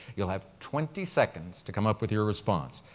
you'll have twenty seconds to come up with your response.